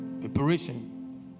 Preparation